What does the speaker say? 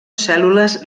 cèl·lules